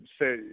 say